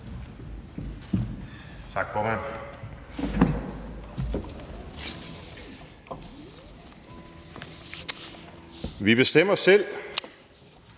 Tak, formand. Vi bestemmer selv,